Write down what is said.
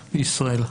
בישראל.